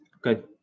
Good